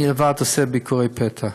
אני לבד עושה ביקורי פתע.